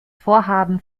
vorhaben